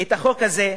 החוק הזה,